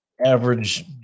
Average